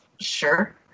sure